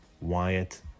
Wyatt